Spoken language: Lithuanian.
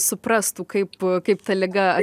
suprastų kaip kaip ta liga